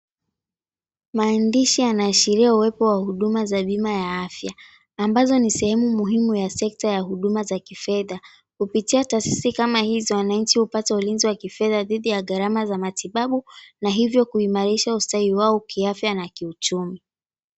Maandishi yanaashiria uwepo wa huduma za bima ya afya ambazo ni sehemu muhimu ya sekta ya huduma za kifedha. Kupitia taasisi kama hizo wananchi hupata ulinzi wa kifedha dhidi ya gharama za matibabu na hivyo kuimarisha ustawi wao kiafya na kiuchumi.